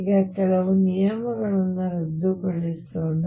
ಈಗ ಕೆಲವು ನಿಯಮಗಳನ್ನು ರದ್ದುಗೊಳಿಸೋಣ